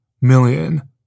million